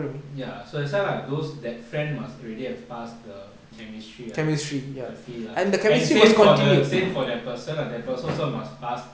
ya so it's like those that friend must already have passed the chemistry ah the feel ah and same for same for that person that person also must pass